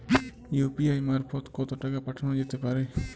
UPI মারফত কত টাকা পাঠানো যেতে পারে?